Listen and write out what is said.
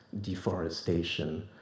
deforestation